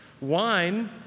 Wine